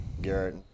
Garrett